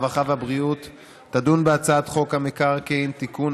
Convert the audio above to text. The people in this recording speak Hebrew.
הרווחה והבריאות תדון בהצעת חוק המקרקעין (תיקון,